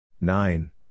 Nine